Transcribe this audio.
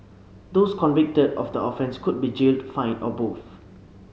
those convicted of the offence could be jailed fined or both